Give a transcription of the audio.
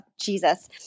Jesus